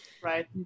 Right